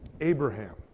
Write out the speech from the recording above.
Abraham